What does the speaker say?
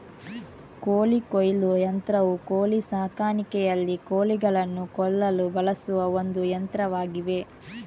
ಕೋಳಿ ಕೊಯ್ಲು ಯಂತ್ರವು ಕೋಳಿ ಸಾಕಾಣಿಕೆಯಲ್ಲಿ ಕೋಳಿಗಳನ್ನು ಕೊಲ್ಲಲು ಬಳಸುವ ಒಂದು ಯಂತ್ರವಾಗಿದೆ